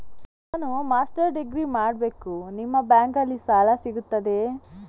ನಾನು master degree ಮಾಡಬೇಕು, ನಿಮ್ಮ ಬ್ಯಾಂಕಲ್ಲಿ ಸಾಲ ಸಿಗುತ್ತದೆಯೇ?